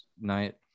night